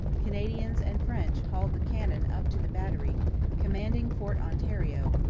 canadians and french hauled the cannon up to the battery commanding fort ontario,